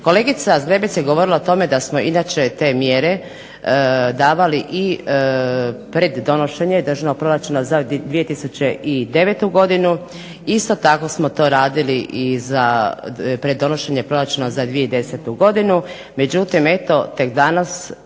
Kolegica Zgrebec je govorila o tome da smo inače te mjere davali i pred donošenje državnog proračuna za 2009. godinu, isto tako smo to radili i za pred donošenje proračuna za 2010. godinu, međutim eto tek danas